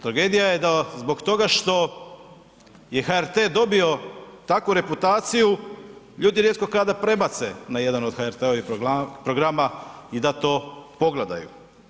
Tragedija je da zbog toga što je HRT dobio takvu reputaciju, ljudi rijetko kada prebace na jedan od HRT-ovih programa i da to pogledaju.